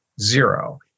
zero